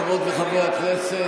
חברות וחברי הכנסת,